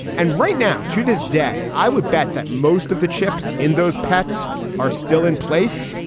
and right now, to this day, i would bet that most of the chips in those pets are still in place.